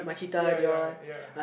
ya ya ya